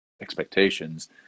expectations